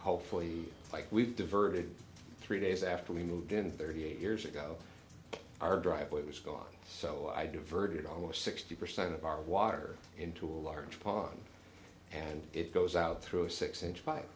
hopefully like we've diverted three days after we moved in thirty eight years ago our driveway was gone so i diverted almost sixty percent of our water into a large pond and it goes out through a six inch